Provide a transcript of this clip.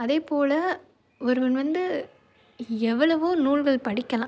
அதேபோல் ஒருவன் வந்து எவ்வளவோ நூல்கள் படிக்கலாம்